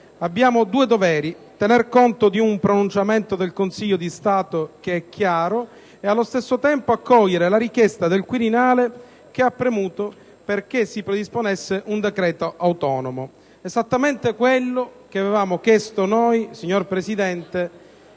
«Abbiamo due doveri: tener conto di un pronunciamento del Consiglio di Stato, che è chiaro, e, allo stesso tempo, accogliere la richiesta del Quirinale, che ha premuto perché si predisponesse un decreto autonomo». È esattamente quello che avevamo chiesto noi, signor Presidente,